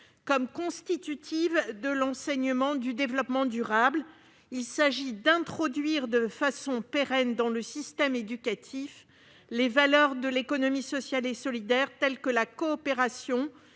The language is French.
comme constitutive de l'enseignement du développement durable. Il s'agit d'introduire, de façon pérenne, dans le système éducatif les valeurs de l'économie sociale et solidaire, telles que la coopération